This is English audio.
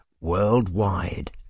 worldwide